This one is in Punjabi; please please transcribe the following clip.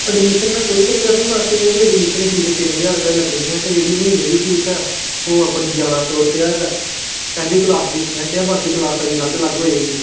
ਐਡਮਿਸ਼ਨ ਦਾ ਕੋਈ ਚੱਕਰ ਨਹੀਂ ਬਸ ਇਹ ਹੈ ਵੀ ਐਡਮਿਸ਼ਨ ਤਿੰਨ ਹਜ਼ਾਰ ਰੁਪਏ ਲੱਗਣੀ ਹੈ ਅਤੇ ਜਿਹੜੀ ਮਹੀਨੇ ਦੀ ਫੀਸ ਆ ਉਹ ਆਪਣੀ ਗਿਆਰਾਂ ਸੌ ਰੁਪਇਆ ਆ ਪਹਿਲੀ ਕਲਾਸ ਦੀ ਆ ਬਾਕੀ ਕਲਾਸਾਂ ਦੀ ਅਲੱਗ ਅਲੱਗ ਹੋਵੇਗੀ